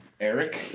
Eric